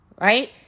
right